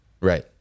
Right